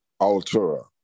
altura